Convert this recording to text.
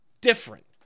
different